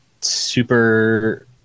super